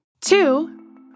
Two